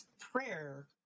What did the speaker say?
prayer